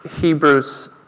Hebrews